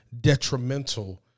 detrimental